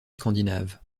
scandinave